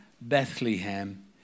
Bethlehem